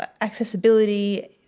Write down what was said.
accessibility